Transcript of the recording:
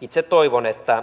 itse toivon että